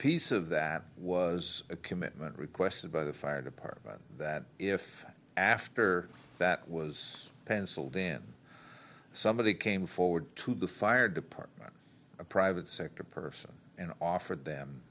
piece of that was a commitment requested by the fire department that if after that was pencil dan somebody came forward to the fire department a private sector person and offered them